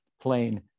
plain